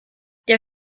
der